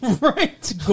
Right